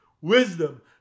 wisdom